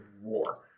war